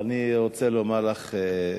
אני רוצה לומר לך,